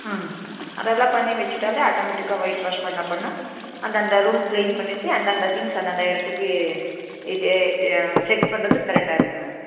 ம் அதெல்லாம் பண்ணி வச்சிவிட்டாலே ஆட்டோமேடிக்காக ஒயிட் வாஷ் பண்ணப் பண்ண அந்த அந்த ரூம் க்ளீன் பண்ணிவிட்டு அந்த அந்த திங்ஸ் அந்த அந்த இடத்துக்கு இது தெ செக் பண்ணுறதுக்கு கரெக்டாக இருக்கும் மேம்